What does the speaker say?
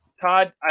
Todd